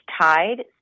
tied